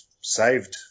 saved